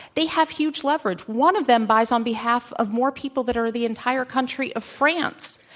they have huge leverage. one of them buys on behalf of more people that are the entire country of france.